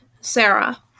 Sarah